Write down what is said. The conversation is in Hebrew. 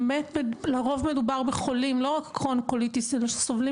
לרוב מדובר בחולים לא רק עם קרוהן וקוליטיס אלא שסובלים